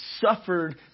suffered